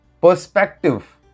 perspective